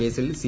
കേസിൽ സി